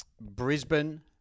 Brisbane